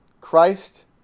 Christ